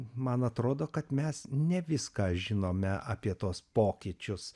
man atrodo kad mes ne viską žinome apie tuos pokyčius